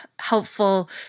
helpful